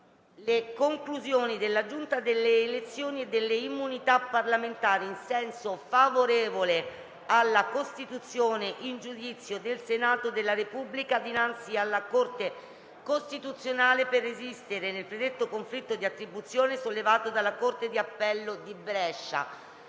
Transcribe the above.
le conclusioni della Giunta delle elezioni e delle immunità parlamentari in senso favorevole alla costituzione in giudizio del Senato della Repubblica dinanzi alla Corte costituzionale per resistere nel predetto conflitto di attribuzione sollevato dalla corte d'appello di Brescia.